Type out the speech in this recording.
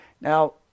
Now